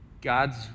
God's